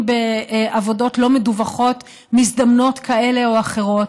בעבודות לא מדווחות מזדמנות כאלה או אחרות,